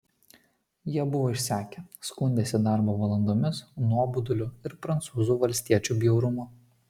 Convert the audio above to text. jie buvo išsekę skundėsi darbo valandomis nuoboduliu ir prancūzų valstiečių bjaurumu